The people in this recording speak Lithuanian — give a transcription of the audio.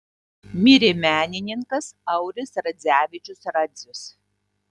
mirė menininkas auris radzevičius radzius